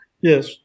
Yes